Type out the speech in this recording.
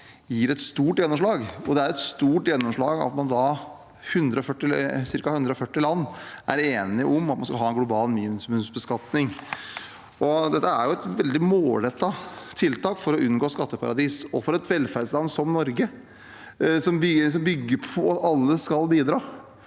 får et stort gjennomslag. Det er et stort gjennomslag at ca. 140 land er enige om at man skal ha en global minimumsbeskatning. Dette er et veldig målrettet tiltak for å unngå skatteparadiser, og for et velferdsland som Norge, som bygger på at alle skal bidra